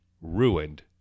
ruined